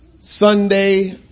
Sunday